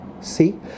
see